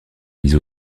mise